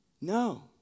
No